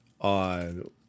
on